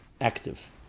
active